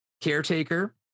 caretaker